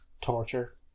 Torture